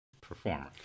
performer